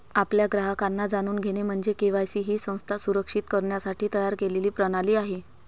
आपल्या ग्राहकांना जाणून घेणे म्हणजे के.वाय.सी ही संस्था सुरक्षित करण्यासाठी तयार केलेली प्रणाली आहे